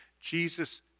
Jesus